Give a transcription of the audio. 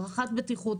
הערכת הבטיחות,